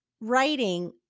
writing